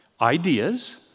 ideas